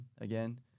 again